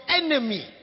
enemy